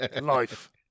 Life